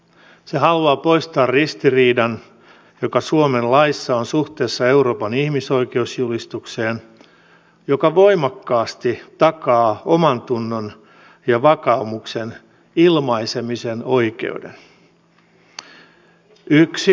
se haluaa poistaa ristiriidan joka suomen laissa on suhteessa euroopan ihmisoikeusjulistukseen joka voimakkaasti takaa omantunnon ja vakaumuksen ilmaisemisen oikeuden yksilönä